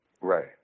Right